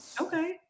Okay